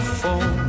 phone